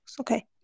Okay